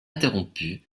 interrompues